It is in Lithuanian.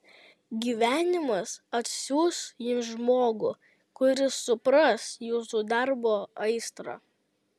gyvenimas atsiųs jums žmogų kuris supras jūsų darbo aistrą